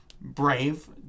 brave